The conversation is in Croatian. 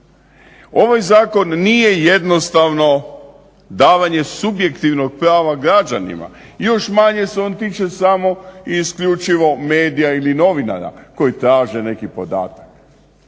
Ovaj zakon nije jednostavno davanje subjektivnog prava građanima, još manje se on tiče samo i isključivo medija ili novinara koji traže neki podatak.